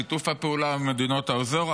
שיתוף הפעולה עם מדינות האזור.